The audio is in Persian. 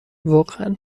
واقعا